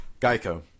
Geico